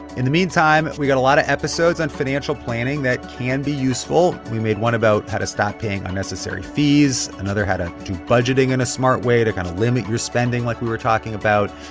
in the meantime, we've got a lot of episodes on financial planning that can be useful. we made one about how to stop paying unnecessary fees, another how to do budgeting in a smart way to kind of limit your spending like we were talking about.